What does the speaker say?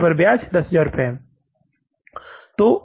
पूँजी पर ब्याज 10000 रुपये है